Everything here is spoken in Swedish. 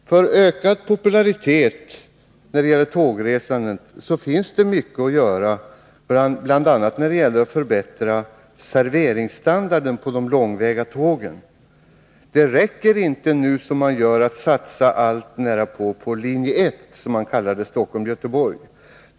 För ökad popularitet i tågresandet finns det mycket att göra, bl.a. att förbättra serveringsstandarden på de långväga tågen. Det räcker inte att, som man nu gör, satsa nästan allt på linje 1 Stockholm-Göteborg.